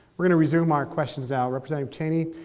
we're going to resume our questions now. representative cheney,